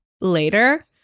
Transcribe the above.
later